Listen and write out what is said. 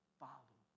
follow